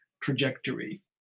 trajectory